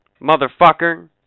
Motherfucker